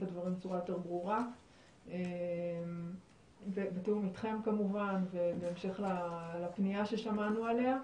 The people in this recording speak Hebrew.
הדברים בצורה יותר ברורה בתיאום איתכם כמובן ובהמשך לפנייה ששמענו עליה.